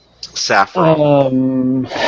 Saffron